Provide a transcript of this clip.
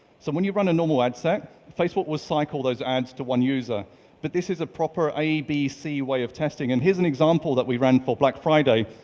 so when you run a normal ad set, facebook was cycle those ads to one user but this is a proper abc way of testing and here's an example that we ran for black friday.